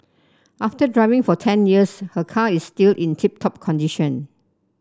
after driving for ten years her car is still in tip top condition